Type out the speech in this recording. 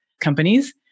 companies